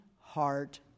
heart